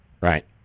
right